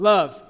Love